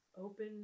Open